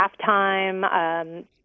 halftime